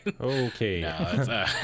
Okay